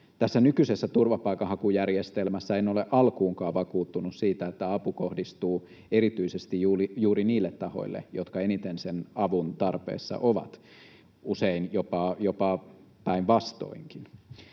nykyisessä turvapaikanhakujärjestelmässä apu kohdistuu erityisesti juuri niille tahoille, jotka eniten sen avun tarpeessa ovat, usein jopa päinvastoinkin.